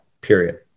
period